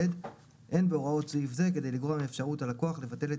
אין בהוראות סעיף זה כדי לגרוע מאפשרות הלקוח לבטל את